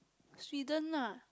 Sweden ah